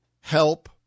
help